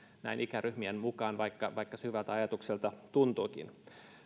näin ikäryhmien mukaan vaikka vaikka se hyvältä ajatukselta tuntuukin